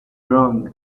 wrong